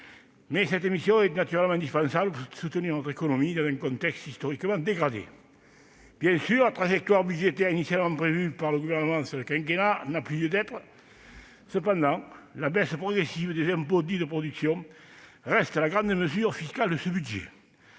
Mais cette mission est naturellement indispensable pour soutenir notre économie, dans un contexte historiquement dégradé. Bien sûr, la trajectoire budgétaire initialement prévue par le Gouvernement pour le quinquennat n'a plus lieu d'être. Cependant, la baisse progressive des impôts dits « de production » reste la grande mesure fiscale de ce budget.